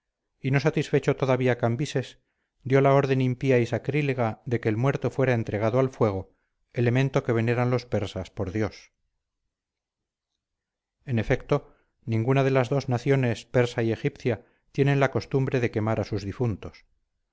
y no satisfecho todavía cambises dio la orden impía y sacrílega de que el muerto fuera entregado al fuego elemento que veneran los persas por dios en efecto ninguna de las dos naciones persa y egipcia tienen la costumbre de quemar a sus difuntos